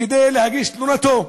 כדי להגיש תלונתו,